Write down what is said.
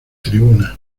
tribunas